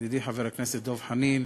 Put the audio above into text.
ידידי חבר הכנסת דב חנין,